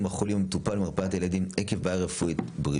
החולים מטופל במרפאת הילדים עקב בעיה בריאותית,